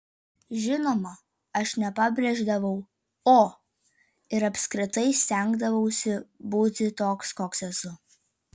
žinoma aš nepabrėždavau o ir apskritai stengdavausi būti toks koks esu